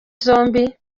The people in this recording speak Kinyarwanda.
zombi